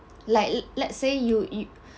like le~ let's say you you